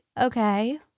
Okay